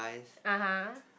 (uh huh)